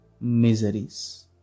miseries